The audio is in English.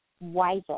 wiser